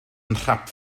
nhrap